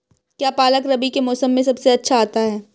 क्या पालक रबी के मौसम में सबसे अच्छा आता है?